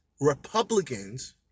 Republicans